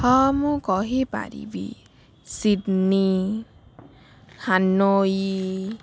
ହଁ ମୁଁ କହିପାରିବି ସିଡ଼ନୀ ହାନୋଇ